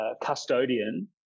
custodian